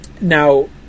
Now